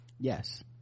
yes